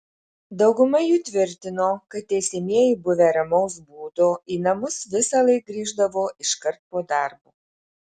dauguma jų tvirtino kad teisiamieji buvę ramaus būdo į namus visąlaik grįždavo iškart po darbo